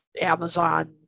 Amazon